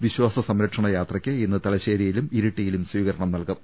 വിശ്വാസസംരക്ഷണ യാത്രക്ക് ഇന്ന് തലശേരിയിലും ഇരിട്ടിയിലും സ്വീക രണം നൽകും